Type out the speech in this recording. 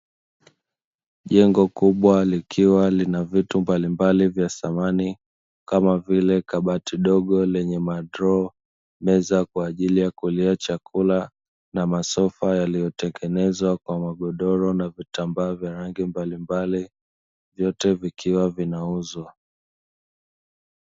Jengo kubwa ikiwa lina vitu mbalimbali vya samani kama vile; kabati dogo lenye madroo, meza kwa ajili ya kulia chakula na masofa yaliyotengenezwa kwa magodoro na vitambaa vya rangi mbalimbali vyote vikiwa vinauzwa.